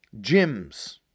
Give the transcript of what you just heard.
gyms